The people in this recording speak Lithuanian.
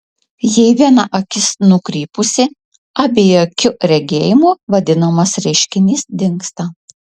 jei viena akis nukrypusi abiakiu regėjimu vadinamas reiškinys dingsta